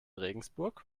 regensburg